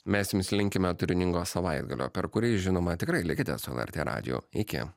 mes jums linkime turiningo savaitgalio per kurį žinoma tikrai likite su lrt radiju iki